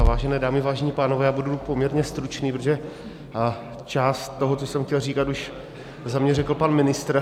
Vážené dámy, vážení pánové, já budu poměrně stručný, protože část toho, co jsem chtěl říkat, už za mě řekl pan ministr.